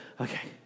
okay